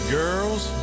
girls